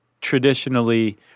traditionally